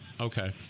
okay